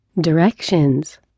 Directions